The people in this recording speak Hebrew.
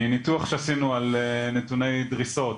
מניתוח שעשינו על נתוני דריסות